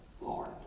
Lord